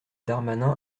darmanin